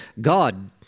God